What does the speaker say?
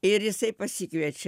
ir jisai pasikviečia